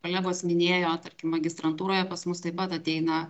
kolegos minėjo tarkim magistrantūroje pas mus taip pat ateina